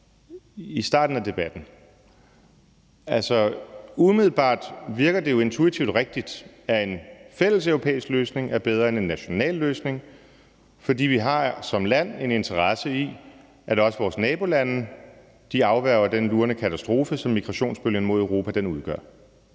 i starten af debatten. Umiddelbart virker det jo intuitivt rigtigt, at en fælleseuropæisk løsning er bedre end en national løsning, fordi vi som land har en interesse i, at også vores nabolande afværger den lurende katastrofe, som migrationsbølgen mod Europa udgør.